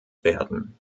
werden